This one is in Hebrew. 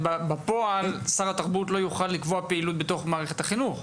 בפועל שר התרבות לא יוכל לקבוע פעילות בתוך מערכת החינוך.